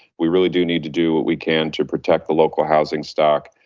we really do need to do what we can to protect the local housing stock.